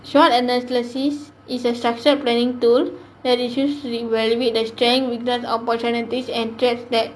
SWOT analysis is a structured planning tool that is used to evaluate the strength weakness opportunities and threats that